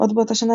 עוד באותה שנה,